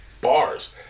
Bars